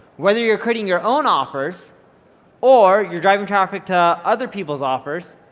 whether you're creating your own offers or you're driving traffic to other people's offers,